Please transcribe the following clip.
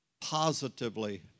positively